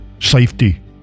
safety